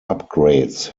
upgrades